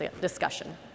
discussion